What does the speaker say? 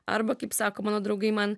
arba kaip sako mano draugai man